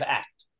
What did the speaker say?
act